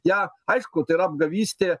ją aišku tai yra apgavystė